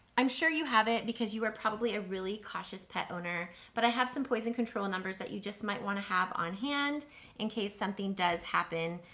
i'm sure you have it because you are probably a really cautious pet owner but i have some poison control numbers that you just might wanna have on hand in case something does happen.